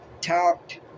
talked